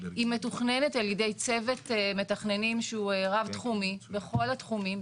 היא מתוכננת על ידי צוות מתכננים שהוא רב תחומי בכל התחומים,